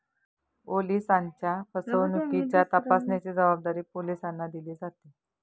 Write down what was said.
ओलिसांच्या फसवणुकीच्या तपासाची जबाबदारी पोलिसांना दिली जाते